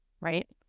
Right